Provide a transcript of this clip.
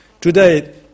Today